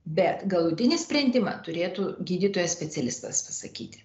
bet galutinį sprendimą turėtų gydytojas specialistas pasakyti